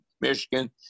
Michigan